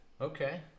Okay